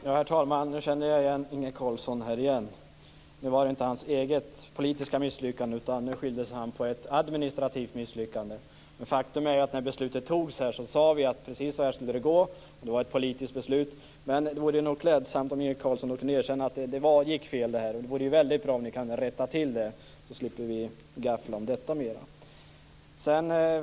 Herr talman! Nu känner jag igen Inge Carlsson igen. Nu var det inte hans eget politiska misslyckande, utan nu skyllde han på ett administrativt misslyckande. Faktum är att när beslutet fattades sade vi att det skulle gå precis så här. Det var ett politiskt beslut. Det vore klädsamt om Inge Carlsson kunde erkänna att det här gick fel. Det vore väldigt bra om ni kunde rätta till det, så slipper vi gaffla om detta mer.